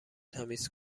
تمیز